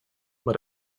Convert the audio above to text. but